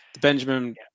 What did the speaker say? Benjamin